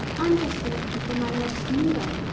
i'm just looking for my next meal.